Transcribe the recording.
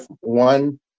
one